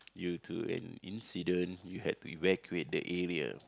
due to an incident you had to evacuate the area